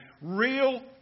real